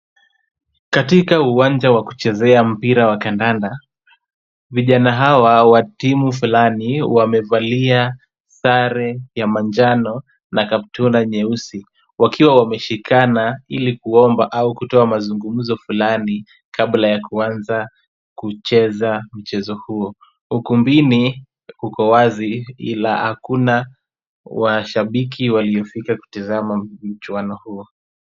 Katika uwanja wa kuchezea mpira wa kandanda, vijana hawa wa timu fulani wamevalia sare ya manjano na kaptura nyeusi wakiwa wameshikana ili kuomba au kutoa mazungumzo fulani kabla ya kuanza kucheza mchezo huo. Ukumbini kuko wazi ila hakuna washabiki waliofika kutazama mchuano huo.